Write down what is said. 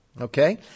Okay